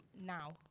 now